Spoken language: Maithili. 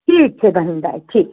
ठीक छै बहिनदाइ ठीक